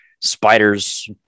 spiders